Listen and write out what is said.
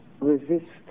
resist